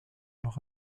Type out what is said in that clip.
leur